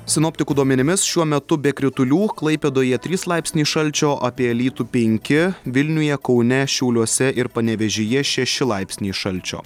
sinoptikų duomenimis šiuo metu be kritulių klaipėdoje trys laipsniai šalčio apie alytų penki vilniuje kaune šiauliuose ir panevėžyje šeši laipsniai šalčio